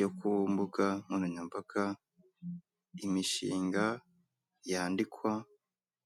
yo ku mbuga nkoranyambaga, imishinga yandikwa...